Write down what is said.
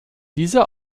dieser